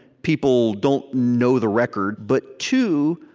people don't know the record. but two,